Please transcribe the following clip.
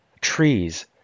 trees